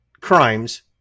crimes